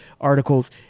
articles